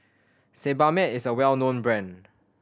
Sebamed is a well known brand